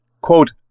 quote